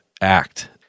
act